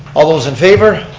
all those in favor?